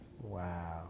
Wow